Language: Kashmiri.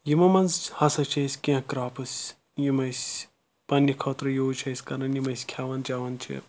یِمو منٛز ہَسا چھِ أسۍ کینٛہہ کٕرَاپٕس یِم أسۍ پَننہِ خٲطرٕ یوٗز چھِ أسۍ کَرَان یِم أسۍ کھؠوان چؠوَان چھِ